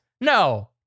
No